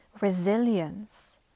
resilience